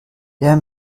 der